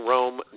Rome